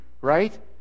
right